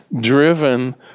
driven